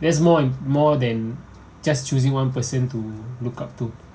that's more im~ more than just choosing one person to look up to